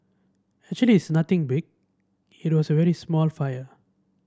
actually it's nothing big it was a very small fire